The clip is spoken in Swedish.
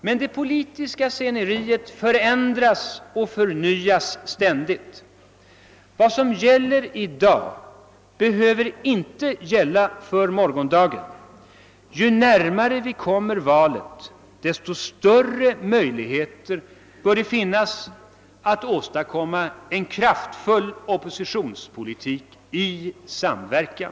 Men det politiska sceneriet förändras och förnyas ständigt. Vad som gäller i dag behöver inte gälla för morgondagen. Ju närmare vi kommer valet, desto större möjligheter bör det finnas att åstadkomma en kraftfull oppositionspolitik i samverkan.